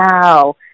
Wow